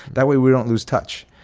that way we don't lose touch.